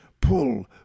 Pull